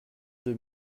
deux